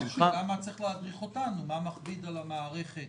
השאלה מה צריך להדריך אותנו מה מכביד על המערכת